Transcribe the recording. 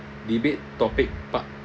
debate topic part